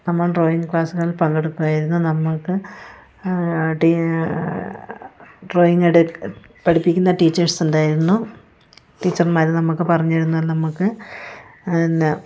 നമ്മൾ ഡ്രോയിങ് ക്ലാസ്സുകളിൽ പങ്കെടുക്കുവായിരുന്നു നമ്മൾക്ക് ഡി ഡ്രോയിങ് എടു പഠിപ്പിക്കുന്ന ടീച്ചേഴ്സ്ണ്ടായിരുന്നു ടീച്ചർമാര് നമുക്ക് പറഞ്ഞു തരുന്ന നമുക്ക് എന്നാ